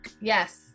Yes